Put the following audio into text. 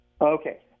Okay